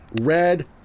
red